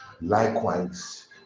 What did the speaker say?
Likewise